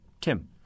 Tim